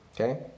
Okay